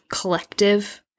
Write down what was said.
collective